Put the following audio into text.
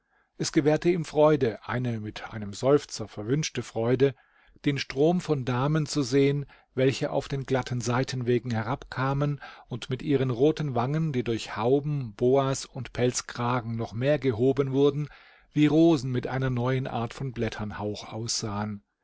es gewährte ihm freude eine mit einem seufzer verwünschte freude den strom von damen zu sehen welche auf den glatten seitenwegen herab kamen und mit ihren roten wangen die durch hauben boas und pelzkragen noch mehr gehoben wurden wie rosen mit einer neuen art von blätternhauch aussahen